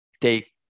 take